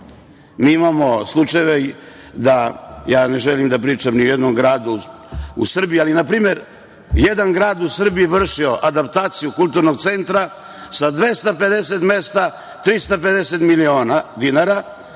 Mi imamo slučajeve da, ne želim da pričam ni o jednom gradu u Srbiji, npr. jedan grad u Srbiji je vršio adaptaciju Kulturnog centra sa 250 mesta 350 miliona dinara,